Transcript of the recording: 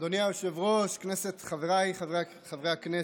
יושב-ראש הישיבה, חבריי חברי הכנסת,